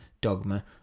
dogma